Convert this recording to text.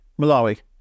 Malawi